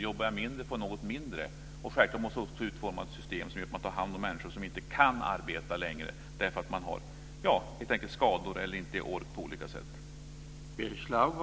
Jobbar jag mindre, får jag något mindre. Självklart måste vi utforma system som gör att man tar hand om människor som inte kan arbeta längre, helt enkelt därför att de har skador eller på olika sätt saknar ork.